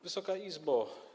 Wysoka Izbo!